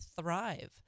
thrive